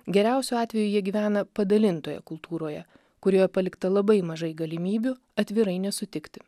geriausiu atveju jie gyvena padalintoje kultūroje kurioje palikta labai mažai galimybių atvirai nesutikti